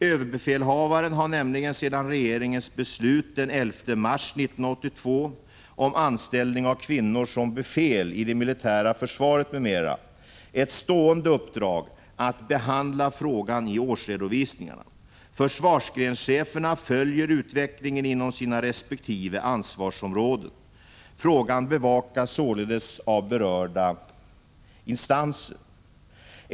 Överbefälhavaren har nämligen, sedan regeringens beslut den 11 mars 1982 om anställning av kvinnor som befäl i det militära försvaret m.m., ett stående uppdrag att behandla frågan i årsredovisningarna. Försvarsgrenscheferna följer utvecklingen inom sina resp. ansvarsområden. Frågan bevakas således av berörda instanser.